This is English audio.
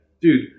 Dude